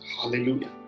hallelujah